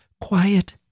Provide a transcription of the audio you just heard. quiet